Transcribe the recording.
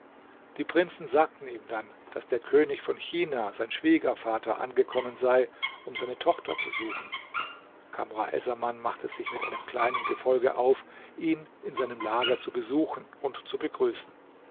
die prinzen sagten ihm dann daß der könig von china sein schwiegervater angekommen sei um seine tochter zu suchen kamr essaman machte sich mit einem kleinen gefolge auf ihn in seinem lager zu besuchen und zu begrüßen